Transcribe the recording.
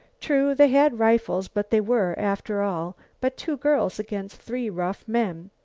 true, they had rifles but they were, after all, but two girls against three rough men.